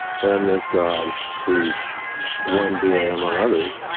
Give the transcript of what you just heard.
then this god who's one being among others,